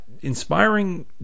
inspiring